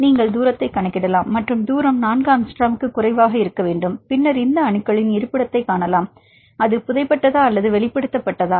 நீங்கள் தூரத்தை கணக்கிடலாம் மற்றும் தூரம் 4 ஆங்ஸ்ட்ரோமுக்கு குறைவாக இருக்க வேண்டும் பின்னர் இந்த அணுக்களின் இருப்பிடத்தைக் காணலாம் அது புதைபட்டதா அல்லது வெளிப்படுத்தப்பட்டதா